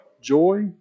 joy